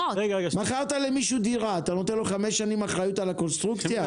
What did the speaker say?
--- מכרת למישהו דירה נתת לו חמש שנים אחריות על הקונסטרוקציה?